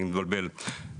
אני מבלבל.